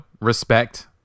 respect